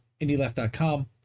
IndieLeft.com